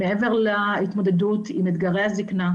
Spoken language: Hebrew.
מעבר להתמודדות עם אתגרי הזקנה,